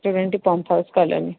seventeen pump house କହିଲାନି